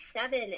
seven